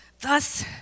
thus